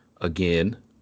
again